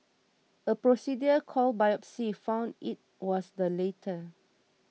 a procedure called biopsy found it was the later